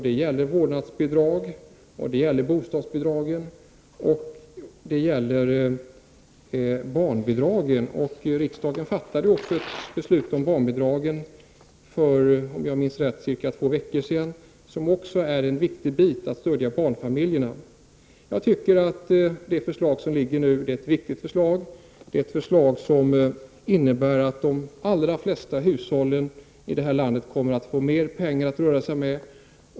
Det gäller vårdnadsbidrag, bostadsbidragen och barnbidragen. Riksdagen fattade också ett beslut om barnbidragen för två veckor sedan, om jag minns rätt. Det är också en viktig del i stödet till barnfamiljerna. Jag anser att det förslag som nu ligger är ett viktigt förslag. Det innebär att de allra flesta hushåll i detta land kommer att få mer pengar att röra sig med.